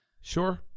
Sure